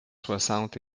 soixante